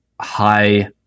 high